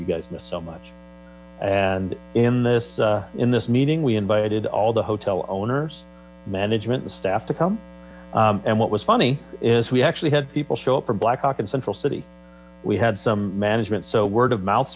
you guys missed so much and in this in this meeting we invited all the hotel owners management and staff to come and what was funny is we actually had people show up for blackhawk and central city we had some management so word of mouth